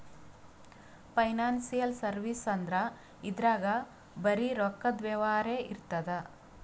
financial service ಅಂದ್ರ ಇದ್ರಾಗ್ ಬರೀ ರೊಕ್ಕದ್ ವ್ಯವಹಾರೇ ಇರ್ತದ್